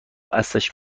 اصلش